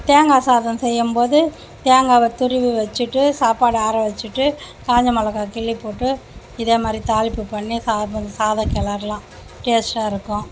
தேங்காய் சாதம் செய்யும்போது தேங்காயை துருவி வச்சுட்டு சாப்பாடை ஆற வச்சுட்டு காஞ்ச மிளகா கிள்ளி போட்டு இதே மாதிரி தாளிப்பு பண்ணி சாதம் சாதம் கிளறலாம் டேஸ்ட்டாக இருக்கும்